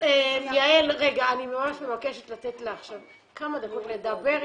אני ממש מבקשת לתת לה עכשיו כמה דקות לדבר.